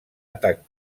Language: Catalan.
atac